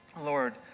Lord